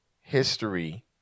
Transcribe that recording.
History